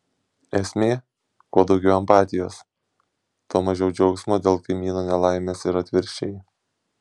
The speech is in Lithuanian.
esmė kuo daugiau empatijos tuo mažiau džiaugsmo dėl kaimyno nelaimės ir atvirkščiai